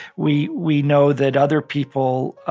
we we know that other people